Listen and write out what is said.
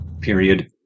period